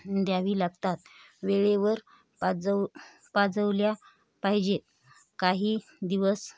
द्यावी लागतात वेळेवर पाजव पाजवल्या पाहिजेत काही दिवस